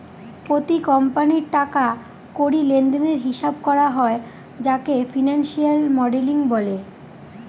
প্রতি কোম্পানির টাকা কড়ি লেনদেনের হিসাব করা হয় যাকে ফিনান্সিয়াল মডেলিং বলে